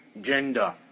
gender